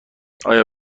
آیا